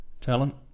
talent